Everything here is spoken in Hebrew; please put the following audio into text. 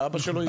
האבא שלו יהודי.